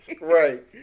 Right